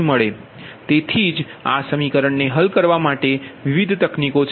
તેથી જ આ સમીકરણને હલ કરવા માટે વિવિધ તકનીકો છે